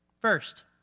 First